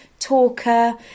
talker